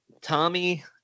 Tommy